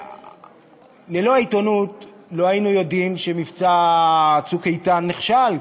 ללא העיתונות לא היינו יודעים שמבצע "צוק איתן" נכשל,